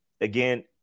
again